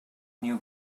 knew